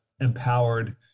empowered